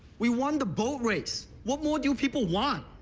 we won the boat race, what more do people want?